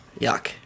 yuck